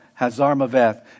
Hazarmaveth